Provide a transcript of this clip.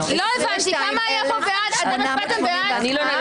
22,881 עד 22,900. אני לא הצבעתי.